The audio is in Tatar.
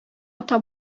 ата